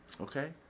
Okay